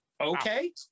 Okay